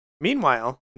Meanwhile